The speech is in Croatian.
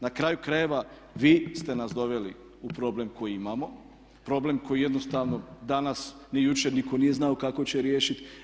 Na kraju krajeva vi ste nas doveli u problem koji imamo, problem koji jednostavno danas ni jučer nitko nije znao kako će riješiti.